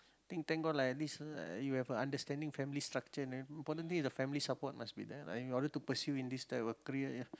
think thank god lah at least you have a understanding family structure importantly family support must be there in order to pursue in this type of career ya